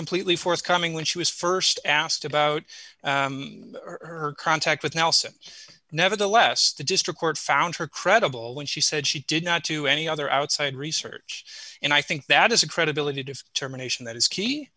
completely forthcoming when she was st asked about her contact with nelson nevertheless the district court found her credible when she said she did not to any other outside research and i think that is the credibility of germination that is key